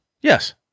Yes